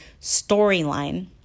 storyline